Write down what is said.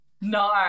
no